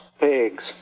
pigs